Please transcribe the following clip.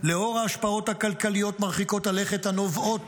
לאור ההשפעות הכלכליות מרחיקות הלכת הנובעות